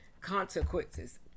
consequences